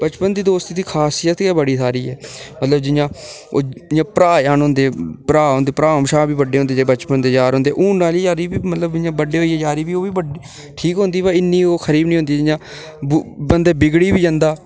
बचपन दी दोस्ती दी खासियत गै बड़ी सारी ऐ मतलब जि'यां ओह् जि'यां भ्राऽ जन होंदे भ्राऽ होंदे भ्राऽ कशा बी बड्डे होंदे जेह्ड़े बचपन दे यार होंदे ते आह्ली बी मतलब इ'यां बड्डे होइयै बी यारी ओह्बी ठीक होंदी बा इन्नी ओह् खरी बी निं होंदी जि'यां ब बंदे बिगड़ी बी जंदा